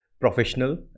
professional